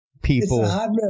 people